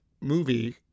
movie